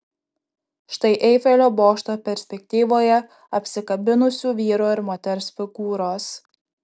štai eifelio bokšto perspektyvoje apsikabinusių vyro ir moters figūros